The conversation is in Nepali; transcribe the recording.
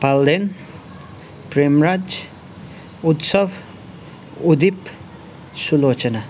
पाल्देन प्रेमराज उत्सव उदिप सुलोचना